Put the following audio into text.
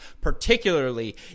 particularly